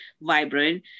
vibrant